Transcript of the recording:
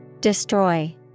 Destroy